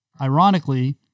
ironically